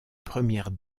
premières